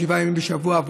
שבעה ימים בשבוע,